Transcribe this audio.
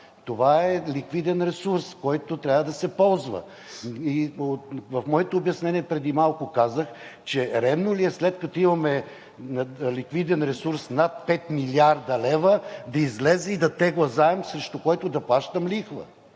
Това е ликвиден ресурс, който трябва да се ползва. В моето обяснение преди малко казах: редно ли е, след като имаме ликвиден ресурс над 5 млрд. лв., да изляза и да тегля заем, срещу който да плащам лихва?